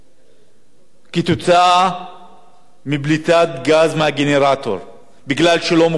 כתוצאה מפליטת גז מגנרטור כי לא היו מחוברים לחשמל.